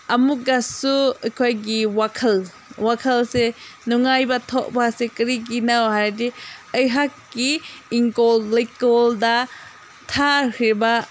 ꯑꯃꯨꯛꯀꯁꯨ ꯑꯩꯈꯣꯏꯒꯤ ꯋꯥꯈꯜ ꯋꯥꯈꯜꯁꯦ ꯅꯨꯡꯉꯥꯏꯕ ꯊꯣꯛꯄꯁꯦ ꯀꯔꯤꯒꯤꯅꯣ ꯍꯥꯏꯔꯗꯤ ꯑꯩꯍꯥꯛꯀꯤ ꯏꯪꯈꯣꯜ ꯂꯩꯀꯣꯜꯗ ꯊꯥꯈ꯭ꯔꯤꯕ